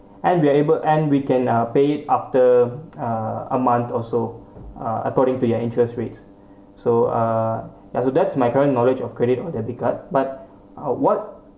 and we are able and we can uh paid it after a a month also uh according to your interest rates so uh yah so that's my current knowledge of credit or debit card but uh what